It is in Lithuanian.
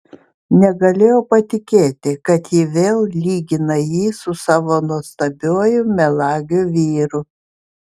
negalėjo patikėti kad ji vėl lygina jį su savo nuostabiuoju melagiu vyru